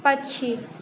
पक्षी